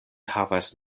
havas